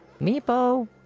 meepo